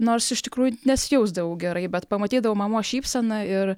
nors iš tikrųjų nesijausdavau gerai bet pamatydavau mamos šypseną ir